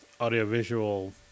audiovisual